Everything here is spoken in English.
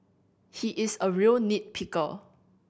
he is a real nit picker